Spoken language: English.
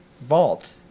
vault